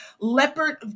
leopard